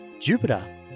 Jupiter